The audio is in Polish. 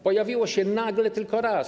Pojawiło się nagle tylko raz.